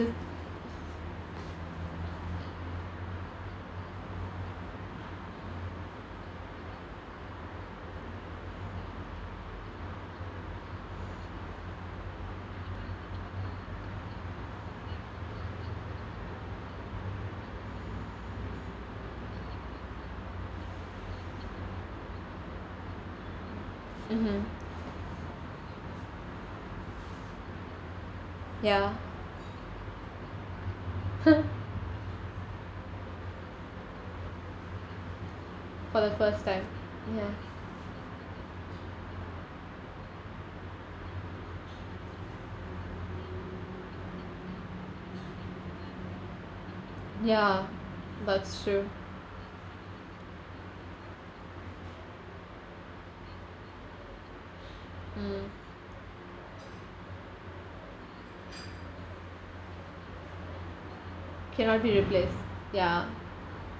just mmhmm ya for the first time ya ya that's true mm cannot be replaced ya